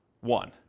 one